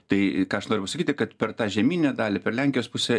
tai ką aš noriu pasakyti kad per tą žemyninę dalį per lenkijos pusę